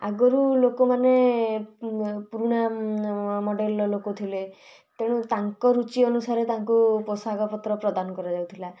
ଆଗରୁ ଲୋକମାନେ ପୁରୁଣା ମଡ଼େଲର ଲୋକଥିଲେ ତେଣୁ ତାଙ୍କ ରୁଚି ଅନୁସାରେ ତାଙ୍କୁ ପୋଷାକ ପତ୍ର ପ୍ରଦାନ କରାଯାଉଥିଲା